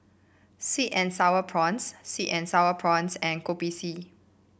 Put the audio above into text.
sweet and sour prawns sweet and sour prawns and Kopi C